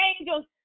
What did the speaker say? angels